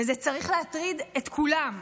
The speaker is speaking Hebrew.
זה צריך להטריד את כולם.